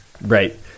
Right